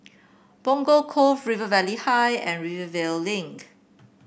Punggol Cove River Valley High and Rivervale Link